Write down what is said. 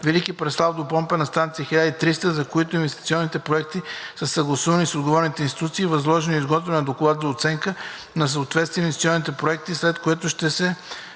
Велики Преслав до помпена станция „1300“, за който инвестиционните проекти са съгласувани с отговорните институции. Възложено е изготвяне на доклад за оценка на съответствието на инвестиционните проекти, след което ще се